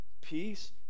peace